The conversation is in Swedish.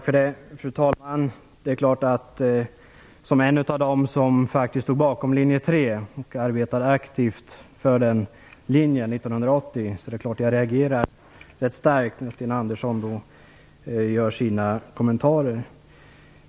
Fru talman! Som en av dem som stod bakom linje 3 och arbetade aktivt för den linjen 1980 reagerar jag självfallet rätt starkt när Sten Andersson gör sina kommentarer.